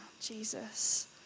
Jesus